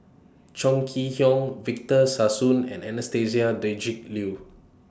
Chong Kee Hiong Victor Sassoon and Anastasia Tjendri Liew